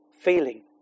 feeling